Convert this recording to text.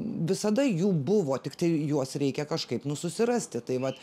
visada jų buvo tik tai juos reikia kažkaip nu susirasti tai vat